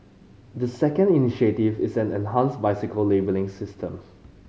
the second initiative is an enhanced bicycle labelling system